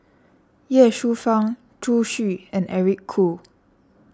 Ye Shufang Zhu Xu and Eric Khoo